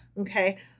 okay